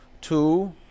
Two